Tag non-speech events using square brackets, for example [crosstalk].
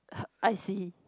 [laughs] I see